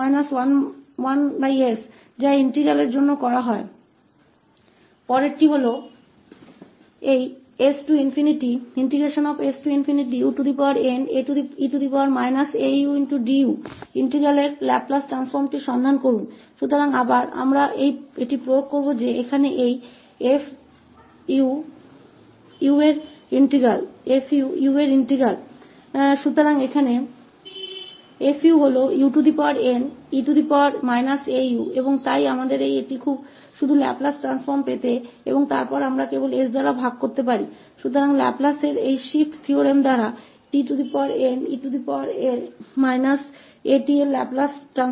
तो हम इसे फिर से लागू करेंगे कि इस f𝑢𝑑𝑢 का इंटीग्रल अंग है इसलिए यहां 𝑓𝑢 une au है और इसलिए हमें इसका केवल लाप्लास रूपांतर प्राप्त करना है और फिर हम बस विभाजित कर सकते हैं तोtne at का लाप्लास रूपांतर इस शिफ्ट प्रमेय द्वारा